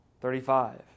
Thirty-five